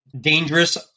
dangerous